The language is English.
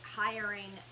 hiring